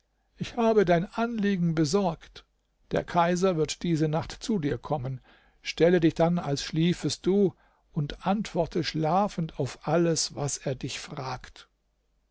ich habe dein anliegen besorgt der kaiser wird diese nacht zu dir kommen stelle dich dann als schliefest du und antworte schlafend auf alles was er dich fragt